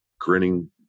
grinning